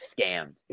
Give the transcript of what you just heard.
scammed